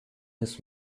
his